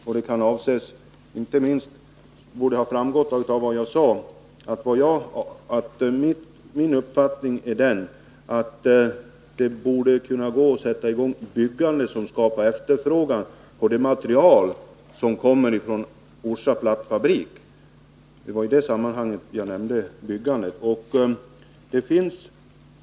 Av vad jag sade borde det ha framgått att min uppfattning är den att det borde gå att sätta i gång med byggande som skapar en efterfrågan på det material som kommer från AB Orsa Plattfabrik — det var i det sammanhanget jag nämnde byggandet.